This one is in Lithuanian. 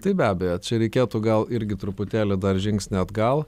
tai be abejo čia reikėtų gal irgi truputėlį dar žingsnį atgal